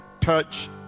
Touch